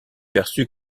perçue